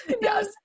Yes